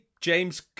James